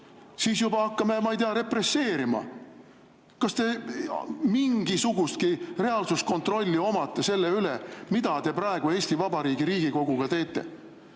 siis juba hakkame, ma ei tea, represseerima. Kas te mingisugustki reaalsuskontrolli omate selle üle, mida te praegu Eesti Vabariigi Riigikoguga teete?